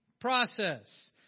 process